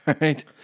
right